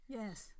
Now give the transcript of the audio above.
yes